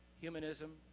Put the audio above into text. humanism